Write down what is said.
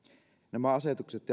nämä asetukset